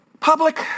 Public